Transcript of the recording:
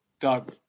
Doug